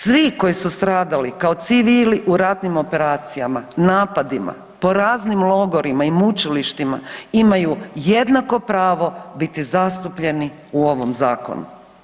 Svi koji su stradali kao civili u ratnim operacijama, napadima, po raznim logorima i mučilištima imaju jednako pravo biti zastupljeni u ovom zakonu.